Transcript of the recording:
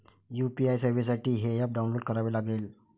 UPI सेवेसाठी हे app download करावे लागेल